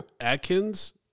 Atkins